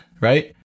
right